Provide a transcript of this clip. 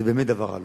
זה באמת דבר עלוב.